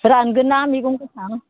रानगोन ना मैगं गोथां